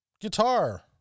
guitar